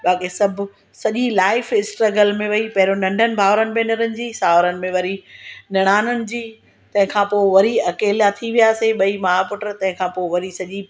बाक़ी सभु सॼी लाइफ स्ट्रगल में वई पहिरियों नढनि भावरनि भैनरनि जी सावरनि में वरी निड़ाननि जी तंहिंखां पोइ वरी अकेला थी वियासी बई माउ पुटु तंहिंखां पोइ वरी सॼी